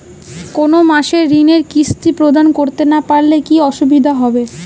কোনো মাসে ঋণের কিস্তি প্রদান করতে না পারলে কি অসুবিধা হবে?